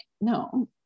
no